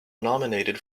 nominated